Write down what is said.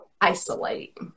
isolate